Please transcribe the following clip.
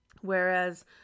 Whereas